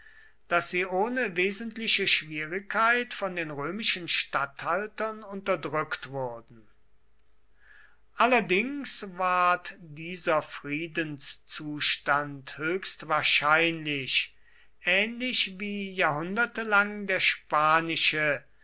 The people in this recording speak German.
daß sie ohne wesentliche schwierigkeit von den römischen statthaltern unterdrückt wurden allerdings ward dieser friedenszustand höchst wahrscheinlich ähnlich wie jahrhunderte lang der spanische